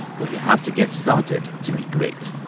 but you have to get started to be great.